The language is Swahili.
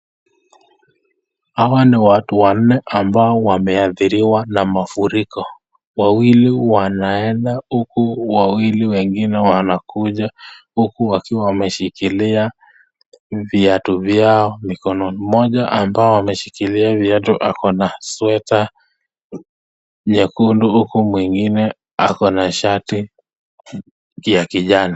Hawa ni watu wanne ambao wameadhiriwa na mafuriko. Wawili wanaenda huku wawili wengine wanakuja, huku wakiwa wameshikilia viatu zao mikononi. Mmoja ambao ameshikilia viatu ako na sweta nyekundu huku mwingine ako na shati ya kijani.